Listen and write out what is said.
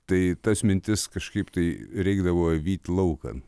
tai tas mintis kažkaip tai reikdavo vyti laukan